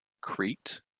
Crete